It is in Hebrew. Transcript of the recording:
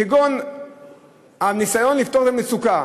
כגון הניסיון לפתור את המצוקה